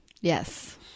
yes